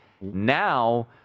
Now